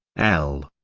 l.